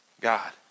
God